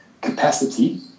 capacity